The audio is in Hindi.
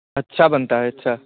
अच्छा बनता है अच्छा